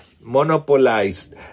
monopolized